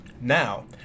Now